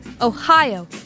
Ohio